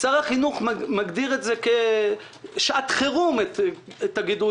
שר החינוך מגדיר כשעת חירום את הגידול